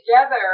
together